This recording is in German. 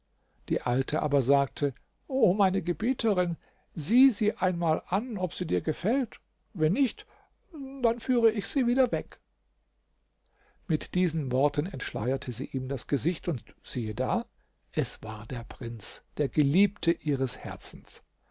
die alte aber sagte o meine gebieterin sieh sie einmal an ob sie dir gefällt wenn nicht so führe ich sie wieder weg mit diesen worten entschleierte sie ihm das gesicht und siehe da es war der prinz der geliebte ihres herzens